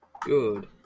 Good